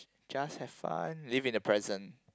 just have fun live in the present